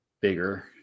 bigger